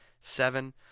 seven